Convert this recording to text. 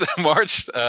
March